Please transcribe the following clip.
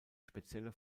spezielle